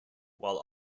while